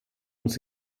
uns